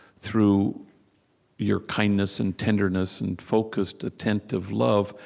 through your kindness and tenderness and focused attent of love,